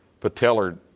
patellar